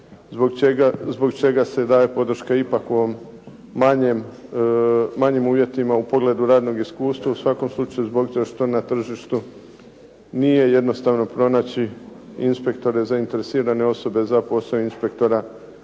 zbog čega se daje podrška ipak u ovom manjem uvjetima u pogledu radnog iskustva u svakom slučaju zbog toga što na tržištu nije jednostavno pronaći inspektore zainteresirane osobe za posao inspektora